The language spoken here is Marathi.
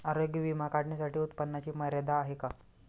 आरोग्य विमा काढण्यासाठी उत्पन्नाची मर्यादा आहे का?